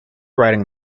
writing